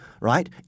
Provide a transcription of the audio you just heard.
right